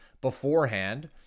beforehand